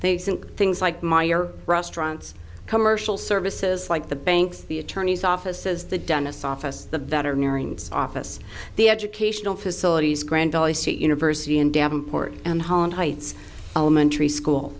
thanks and things like meyer restaurants commercial services like the banks the attorneys office as the dentist office the veterinarians office the educational facilities grand valley state university in davenport and holland heights elementary school